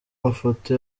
mafoto